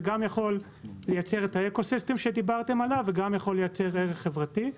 זה גם יכול לייצר את האקוסיסטם שדיברתם עליו וגם יכול לייצר ערך חברתי.